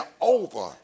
over